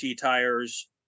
tires